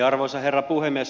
arvoisa herra puhemies